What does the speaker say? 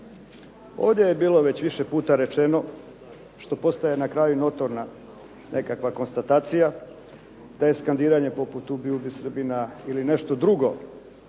Ovdje je bilo već više puta rečeno što postaje na kraju notorna nekakva konstatacija da je skandiranje poput "Ubij, ubij Srbina" ili nešto drugo